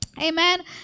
Amen